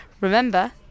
Remember